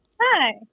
Hi